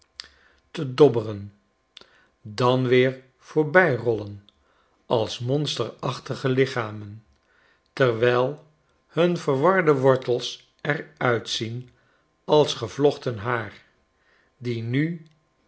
te dobberen dan weer voorbijrollen als monsterachtige lichamen terwijl hun verwarde wor tels er uitzien als gevlochten haar die nu